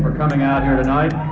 coming out here tonight